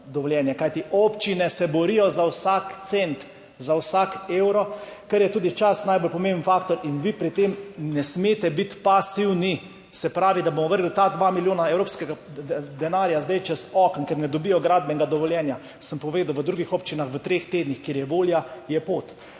se namreč borijo za vsak cent, za vsak evro, ker je tudi čas najbolj pomemben faktor in vi pri tem ne smete biti pasivni, se pravi, da bomo vrgli ta dva milijona evropskega denarja zdaj čez okno, ker ne dobijo gradbenega dovoljenja, sem povedal, v drugih občinah pa v treh tednih. Kjer je volja, tam je pot.